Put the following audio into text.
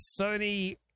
Sony